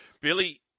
Billy